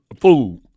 food